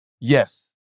yes